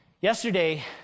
Yesterday